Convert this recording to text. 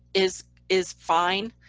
is is fine.